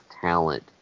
talent